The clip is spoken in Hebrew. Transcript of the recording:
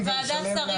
וועדת שרים.